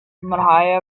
madhya